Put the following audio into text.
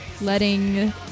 letting